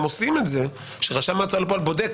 עושים את זה שרשם ההוצאה לפועל בודק,